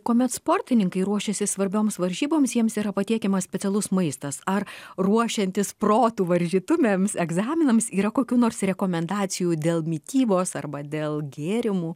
kuomet sportininkai ruošiasi svarbioms varžyboms jiems yra patiekiamas specialus maistas ar ruošiantis protų varžytuvėms egzaminams yra kokių nors rekomendacijų dėl mitybos arba dėl gėrimų